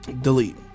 delete